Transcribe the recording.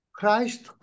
Christ